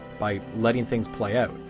by letting things play out,